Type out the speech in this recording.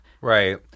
Right